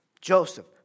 Joseph